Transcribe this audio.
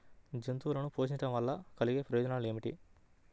జంతువులను పోషించడం వల్ల కలిగే ప్రయోజనం ఏమిటీ?